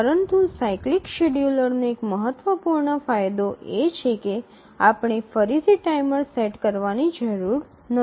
પરંતુ સાયક્લિક શેડ્યૂલરનો એક મહત્વપૂર્ણ ફાયદો એ છે કે આપણે ફરીથી ટાઇમર સેટ કરવાની જરૂર નથી